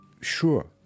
Sure